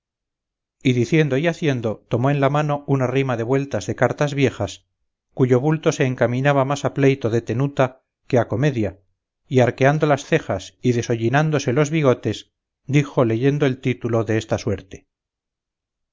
y diciendo y haciendo tomó en la mano una rima de vueltas de cartas viejas cuyo bulto se encaminaba más a pleito de tenuta que a comedia y arqueando las cejas y deshollinándose los bigotes dijo leyendo el título de esta suerte